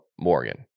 Morgan